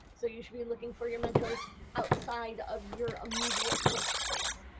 so you should be looking for your mentors outside of your immediate workspace.